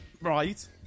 Right